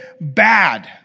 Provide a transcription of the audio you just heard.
bad